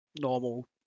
normal